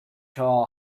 hole